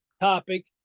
topic